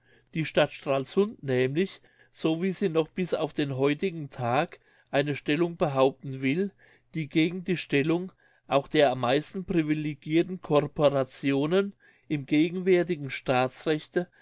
die stadt stralsund nämlich so wie sie noch bis auf den heutigen tag eine stellung behaupten will die gegen die stellung auch der am meisten privilegirten corporationen im gegenwärtigen staatsrechte